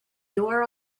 your